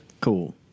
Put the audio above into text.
Cool